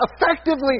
effectively